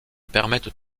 permettent